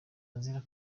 azira